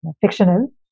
fictional